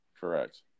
Correct